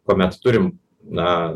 kuomet turim na